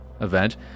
event